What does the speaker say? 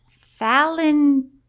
Fallon